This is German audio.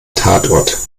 tatort